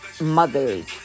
mothers